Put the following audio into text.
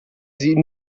sie